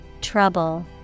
Trouble